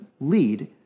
lead